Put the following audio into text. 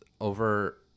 over